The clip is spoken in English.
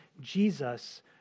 Jesus